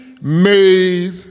made